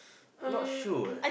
not sure